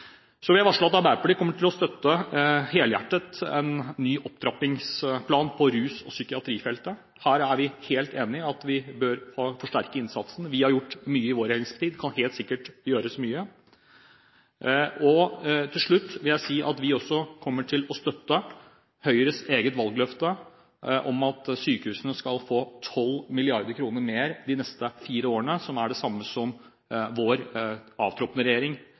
Så vil jeg varsle at Arbeiderpartiet helhjertet kommer til å støtte en ny opptrappingsplan på rus- og psykiatrifeltet. Her er vi helt enig i at vi bør forsterke innsatsen. Vi har gjort mye i vår regjeringstid – det kan helt sikkert gjøres mye mer. Til slutt vil jeg si at vi også kommer til å støtte Høyres eget valgløfte om at sykehusene skal få 12 mrd. kr mer de neste fire årene, som er det samme som vår avtroppende regjering